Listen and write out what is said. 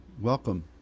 welcome